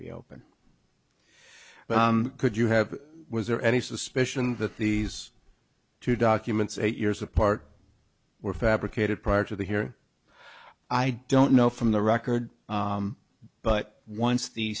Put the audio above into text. reopen but could you have was there any suspicion that these two documents eight years apart were fabricated prior to the here i don't know from the record but once the